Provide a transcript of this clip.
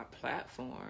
platform